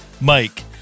Mike